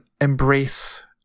embrace